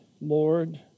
Lord